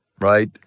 Right